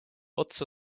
otsa